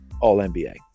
All-NBA